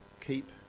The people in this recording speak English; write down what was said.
keep